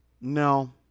No